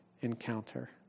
encounter